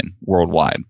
worldwide